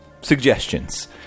suggestions